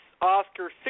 Oscar